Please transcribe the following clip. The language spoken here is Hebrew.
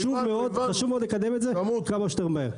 חשוב מאוד לקדם את זה כמה שיותר מהר.